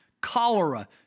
cholera